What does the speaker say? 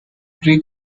pre